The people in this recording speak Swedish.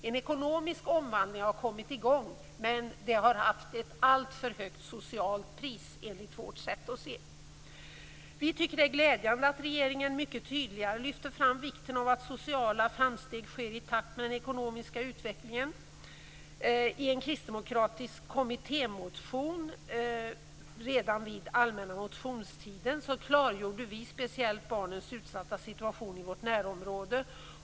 En ekonomisk omvandling har kommit i gång, men det har varit ett alltför högt socialt pris enligt vårt sätt att se. Vi tycker att det är glädjande att regeringen tydligare lyfter fram vikten av att sociala framsteg sker i takt med den ekonomiska utvecklingen. I en kristdemokratisk kommittémotion som väcktes under den allmänna motionstiden klargjorde vi speciellt barnens utsatta situation i vårt närområde.